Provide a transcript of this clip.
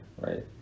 right